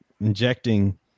injecting